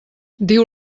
diu